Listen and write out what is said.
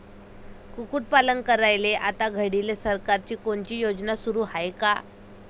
कुक्कुटपालन करायले आता घडीले सरकारची कोनची योजना सुरू हाये का?